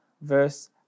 verse